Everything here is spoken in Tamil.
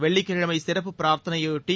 வெள்ளிக்கிழமை சிறப்பு பிரார்த்தனையபொட்டி